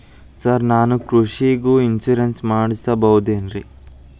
Sir ನಾನು ಕೃಷಿಗೂ insurance ಮಾಡಸಬಹುದೇನ್ರಿ?